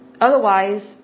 Otherwise